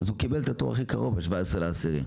והוא קיבל את התור הכי קרוב ב-17 באוקטובר,